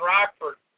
Rockford